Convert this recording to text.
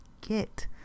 get